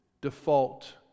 default